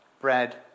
bread